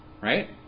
right